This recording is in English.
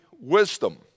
wisdom